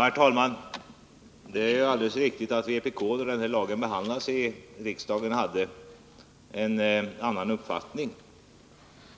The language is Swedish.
Herr talman! Det är alldeles riktigt att vpk, när lagen behandlades i riksdagen, hade en annan uppfattning